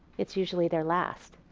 it's usually their last,